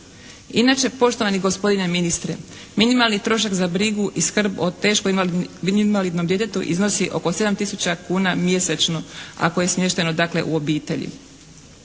Inače, poštovani gospodine ministre, minimalni trošak za brigu i skrb o teško invalidnom djetetu iznosi oko 7 tisuća kuna mjesečno ako je smješteno dakle u obitelji.